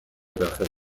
داخل